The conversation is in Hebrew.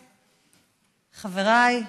חבריי,